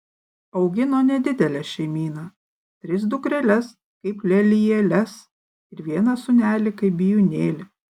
augino nedidelę šeimyną tris dukreles kaip lelijėles ir vieną sūnelį kaip bijūnėlį